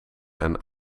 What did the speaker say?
aan